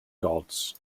gods